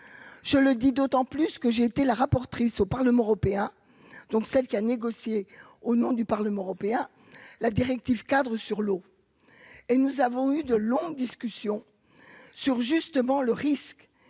je le dis d'autant plus que j'ai été la rapport triste au Parlement européen, donc celle qui a négocié au nom du Parlement européen la directive-cadre sur l'eau et nous avons eu de longues discussions sur justement le risque